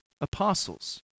apostles